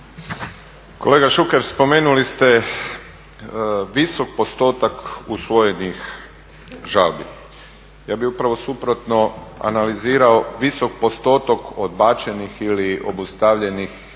Kolega Šuker spomenuli ste visok postotak usvojenih žalbi. Ja bih upravo suprotno analizirao visok postotak odbačenih ili obustavljenih